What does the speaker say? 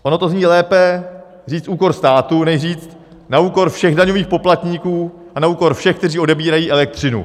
Ono to zní lépe říct: úkor státu než říct: na úkor všech daňových poplatníků a na úkor všech, kteří odebírají elektřinu.